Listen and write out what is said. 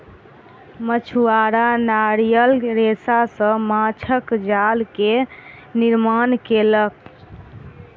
मछुआरा नारियल रेशा सॅ माँछक जाल के निर्माण केलक